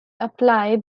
apply